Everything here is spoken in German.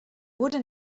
wurde